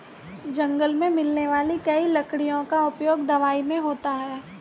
जंगल मे मिलने वाली कई लकड़ियों का उपयोग दवाई मे होता है